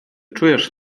czujesz